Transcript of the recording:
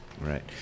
Right